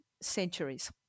centuries